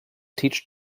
teach